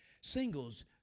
Singles